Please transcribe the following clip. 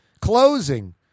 Closing